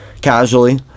casually